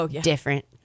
different